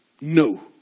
No